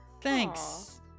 thanks